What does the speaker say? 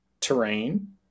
terrain